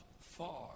far